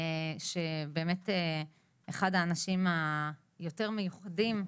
שהוא באמת אחד האנשים היותר מיוחדים,